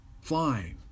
Flying